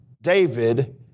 David